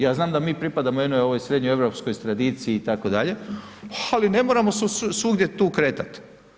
Ja znam da mi pripadamo jednoj ovoj srednjoeuropskoj tradiciji itd., ali ne moramo se svugdje tu kretat.